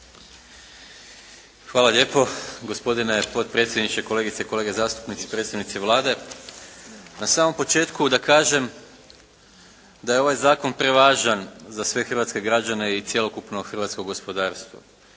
Hvala lijepo. Gospodine potpredsjedniče, kolegice i kolege zastupnici, predstavnici Vlade. Na samom početku da kažem da je ovaj zakon prevažan za sve hrvatske građane i cjelokupno hrvatsko gospodarstvo.